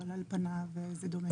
אבל על פניו זה דומה.